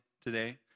today